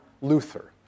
Luther